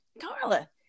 Carla